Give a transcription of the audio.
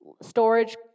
storage